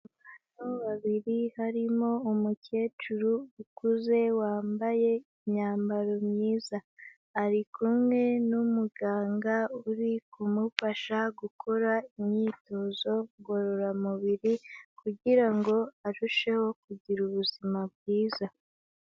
Abantu babiri harimo umukecuru ukuze wambaye imyambaro myiza, ari kumwe n'umuganga uri kumufasha gukora imyitozo ngororamubiri kugira ngo arusheho kugira ubuzima bwiza.